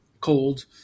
cold